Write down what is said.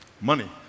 money